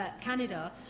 Canada